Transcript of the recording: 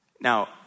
Now